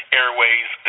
airways